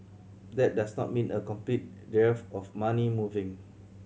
that does not mean a complete dearth of money moving